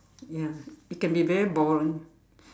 ya it can be very boring